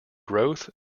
growth